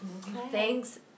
thanks